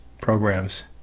programs